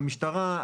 המשטרה,